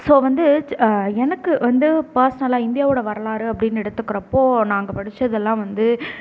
so வந்து எனக்கு வந்து பர்சனலாக இந்தியாவோடய வரலாறு அப்படின்னு எடுத்துக்கிறப்போ நாங்கள் படிச்சதெல்லாம் வந்து